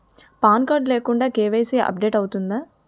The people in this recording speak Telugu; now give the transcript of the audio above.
పాన్ కార్డ్ లేకుండా కే.వై.సీ అప్ డేట్ అవుతుందా?